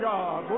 God